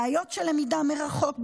בעיות של למידה מרחוק.